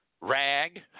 rag